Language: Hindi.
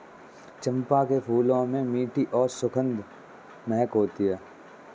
चंपा के फूलों में मीठी और सुखद महक होती है